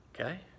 okay